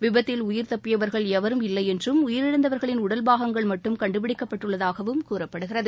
விபத்தில் உயிர் தப்பியவர்கள் எவரும் இல்லை என்றும் உயிரிழந்தவர்களின் உடல் பாகங்கள் மட்டும் கண்டுபிடிக்கப்பட்டுள்ளதாகவும் கூறப்படுகிறது